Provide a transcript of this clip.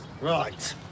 Right